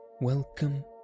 Welcome